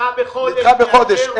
נדחה בחודש.